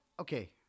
okay